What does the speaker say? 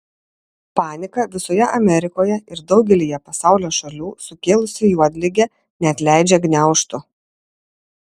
paniką visoje amerikoje ir daugelyje pasaulio šalių sukėlusi juodligė neatleidžia gniaužtų